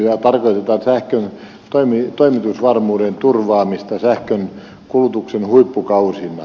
tehoreservillä tarkoitetaan sähkön toimitusvarmuuden turvaamista sähkönkulutuksen huippukausina